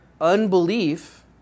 unbelief